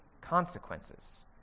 consequences